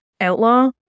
Outlaw